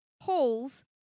Holes